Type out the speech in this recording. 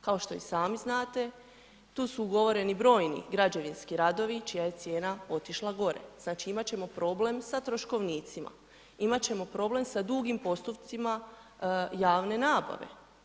Kao što i sami znate tu su ugovoreni brojni građevinski radovi čija je cijena otišla gore, znači imat ćemo problem sa troškovnicima, imat ćemo problem sa dugim postupcima javne nabave.